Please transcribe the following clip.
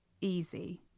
easy